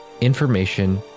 Information